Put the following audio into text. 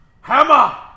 Hammer